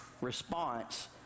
response